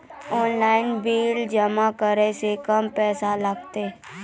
Online bill जमा करै से कम पैसा लागतै?